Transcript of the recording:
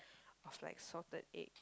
of like salted egg